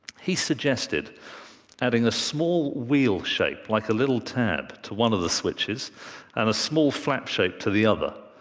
he suggested adding a small wheel shape, like a little tab, to one of the switches and a small flap shape to the other,